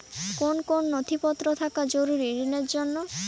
কোন কোন নথিপত্র থাকা জরুরি ঋণের জন্য?